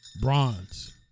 bronze